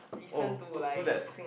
oh who who's that